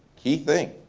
key thing.